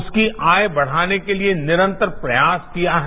उसकी आय बढ़ाने के लिए निरंतर प्रयास किया है